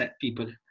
people